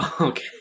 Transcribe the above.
Okay